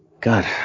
god